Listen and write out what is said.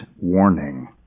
warning